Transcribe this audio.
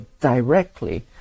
directly